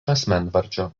asmenvardžio